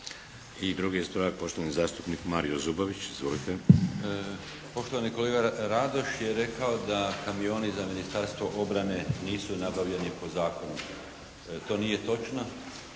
I drugi ispravak, poštovani zastupnik Mario Zubović. Izvolite. **Zubović, Mario (HDZ)** Poštovani kolega Radoš je rekao da kamioni za Ministarstvo obrane nisu nabavljeni po zakonu. To nije točno.